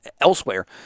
elsewhere